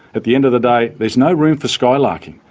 at the end of the day there's no room for skylarking.